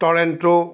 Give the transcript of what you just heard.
Toronto